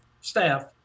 staff